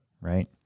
Right